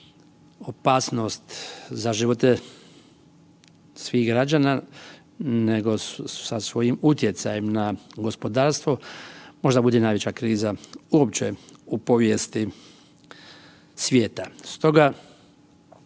opasnost za živote svih građana, nego sa svojim utjecajem na gospodarstvo možda bude najveća kriza uopće u povijesti svijeta.